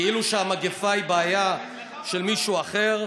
כאילו שהמגפה היא בעיה של מישהו אחר.